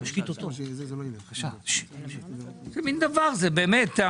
איזה מן דבר זה, באמת.